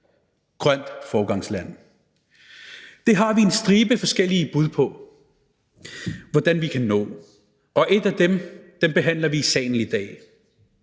grønt foregangsland. Det har vi en stribe forskellige bud på hvordan vi kan nå, og et af dem behandler vi i salen i dag.